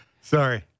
Sorry